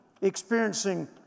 experiencing